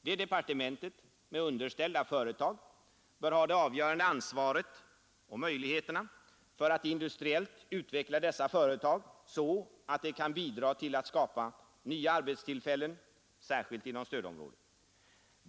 Det departementet, med underställda företag, bör ha det avgörande ansvaret och möjligheterna för att industriellt utveckla dessa företag så, att de kan bidra till att skapa nya arbetstillfällen, särskilt inom stödområdet.